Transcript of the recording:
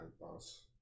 boss